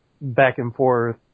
back-and-forth